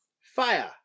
Fire